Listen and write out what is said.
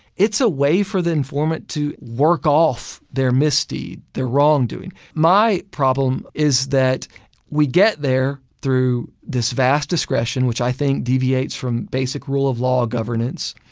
it's a way for the informant to work off their misdeed, their wrongdoing. my problem is that we get there through this vast discretion, which i think deviates from basic rule of law governance.